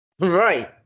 Right